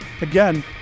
again